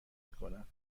میکنم